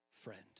friend